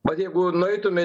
vat jeigu nueitume